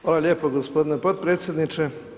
Hvala lijepo gospodine potpredsjedniče.